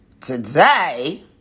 Today